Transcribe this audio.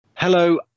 Hello